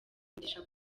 umugisha